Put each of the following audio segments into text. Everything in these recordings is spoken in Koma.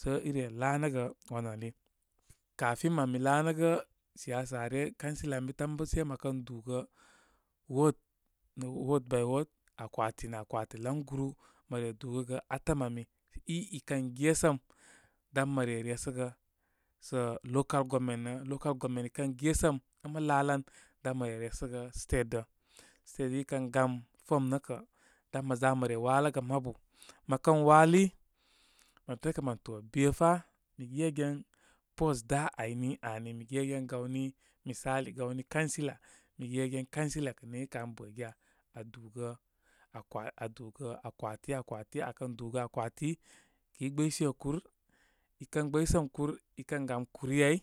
Sə ire laanəgə wan ani. Kafin man mi laanəgə siyasa ryə, councillor ən bi tan bə sai məkən dúgə ward nə ward by ward, akwati nə akwati layguru. Mə re dúgəgə atəm ami i, ikən gésəm, dan mə reresəgə sə local government rə ocal government ikən gesəm, ən mə laalan dan mə re resəgə state rə. State i kən gam form nəkə dan mə za mə wato gə mabu mə kən wali, mə ro təəkə mən to be fa be gegen post dá áyni ani. Be gegen gawni, misali gawni councillor mi gegen councillor kə niŋ kə kə an bə giya? Adúgəakwa adúgə akwati akwati. Akən dúgə akwati, kəy gbəy sé kúr, ikən gbəyəm kúr ikən gam kuriyayi.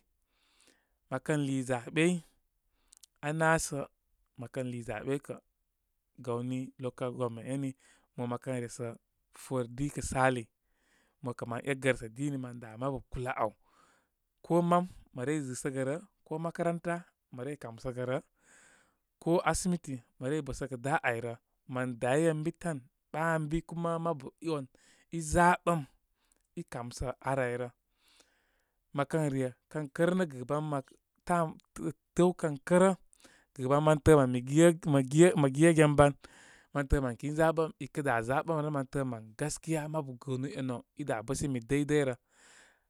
Mə kən lii za ɓey, aná sə, mə kən lii za ɓey kə gawni local government éni. Mo mə kən resə fufore di kə sali. Mo kə mən égərəsə dini. Mən dá mabu kulə áw. Ko mam mə rey zɨsəgə rə, ko makaranta mə rey kamsəgə rə, ko asimiti mə rey bəsəgə dá áy rə. Mən dá ən bi tan ɓa ən bi. Kuma mabu i on i zaɓəm, i kám sə ar áy rə. mə kən re, kən kərə nə gɨban mə kam tew kən kərə, gɨban məntəə mən mə gé mə gé mə gegen ban. mən təə mən kəy zaɓə ikə dá za ɓəm rə mən təə məri gaskiya mabu gəənu énu áw idá ɓəsəmi day day rə.